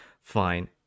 Fine